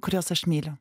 kuriuos aš myliu